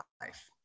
life